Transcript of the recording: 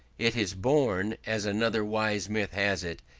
it is born, as another wise myth has it,